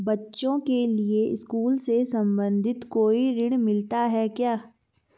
बच्चों के लिए स्कूल से संबंधित कोई ऋण मिलता है क्या?